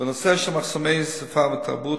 בנושא של מחסומי שפה ותרבות,